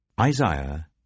Isaiah